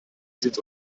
sind